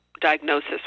diagnosis